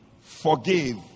forgive